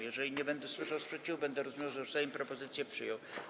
Jeżeli nie będę słyszał sprzeciwu, będę rozumiał, że Sejm propozycje przyjął.